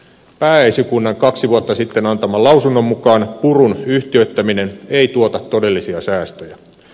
pääesikunnan kaksi vuotta sitten antaman lausunnon mukaan purun yhtiöittäminen ei tuota todellisia säästöjä